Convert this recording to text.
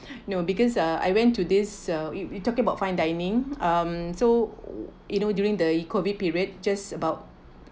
no because uh I went to this uh we we talking about fine dining um so you know during the COVID period just about